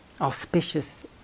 auspicious